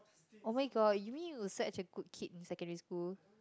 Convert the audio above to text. oh-my-god you mean you were such a good kid in secondary school